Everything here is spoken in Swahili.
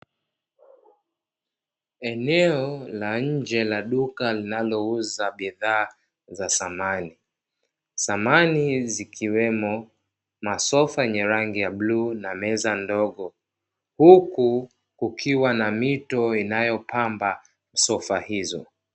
Eneo la nje la duka linalouza bidhaa za samani. Samani zikiwemo; masofa yenye ya rangi ya bluu na meza ndogo, huku kukiwa na mito inayopamba sofa hizo.